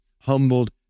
humbled